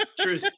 true